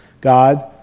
God